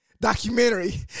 documentary